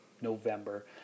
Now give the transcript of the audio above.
November